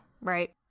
Right